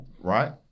right